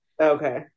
Okay